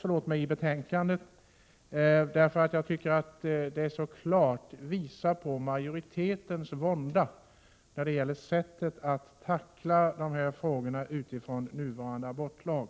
Det som står där visar så klart på majoritetens vånda när det gäller sättet att tackla dessa frågor utifrån nuvarande abortlag.